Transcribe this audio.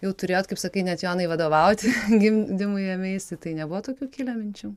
jau turėjot kaip sakai net jonai vadovauti gimdymui ėmeisi tai nebuvo tokių kilę minčių